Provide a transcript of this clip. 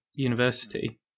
university